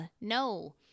no